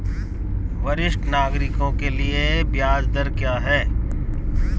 वरिष्ठ नागरिकों के लिए ब्याज दर क्या हैं?